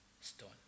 stone